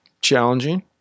challenging